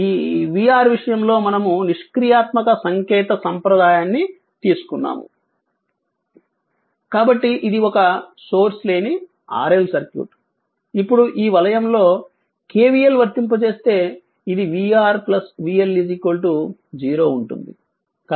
ఈ vR విషయంలో మనము నిష్క్రియాత్మక సంకేత సంప్రదాయాన్ని తీసుకున్నాము కాబట్టి ఇది ఒక సోర్స్ లేని RL సర్క్యూట్ ఇప్పుడు ఈ వలయం లో KVL వర్తింపజేస్తే ఇది v R v L 0 ఉంటుంది